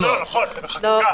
לא, נכון, זה בחקיקה.